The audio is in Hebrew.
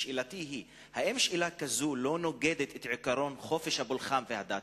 שאלתי היא: האם שאלה כזאת לא נוגדת את עקרון חופש הפולחן והדת?